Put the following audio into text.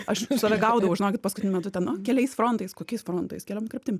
aš visada gaudavau žinokit paskutiniu metu ten o keliais frontais kokiais frontais kryptim